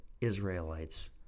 Israelites